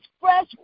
fresh